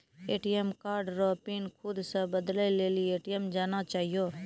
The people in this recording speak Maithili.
ए.टी.एम कार्ड रो पिन खुद से बदलै लेली ए.टी.एम जाना चाहियो